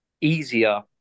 easier